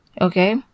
Okay